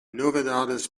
novedades